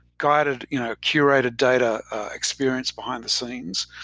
guided you know curated data experience behind the scenes,